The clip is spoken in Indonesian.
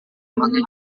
memakai